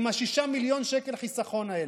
עם ה-6 מיליון שקל חיסכון האלה.